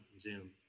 Zoom